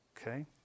Okay